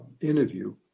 interview